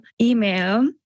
Email